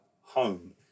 home